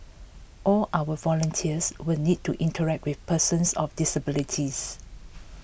all our volunteers will need to interact with persons of disabilities